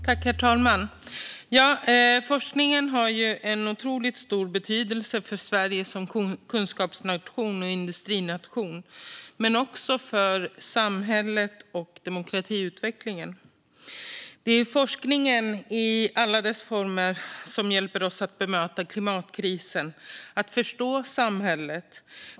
Herr talman! Forskningen har en otroligt stor betydelse för Sverige som kunskapsnation och industrination men också för samhället och demokratiutvecklingen. Det är forskningen i alla dess former som hjälper oss att bemöta klimatkrisen och förstå samhället.